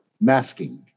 Masking